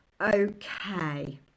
okay